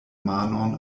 manon